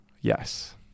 Yes